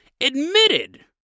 admitted